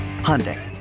Hyundai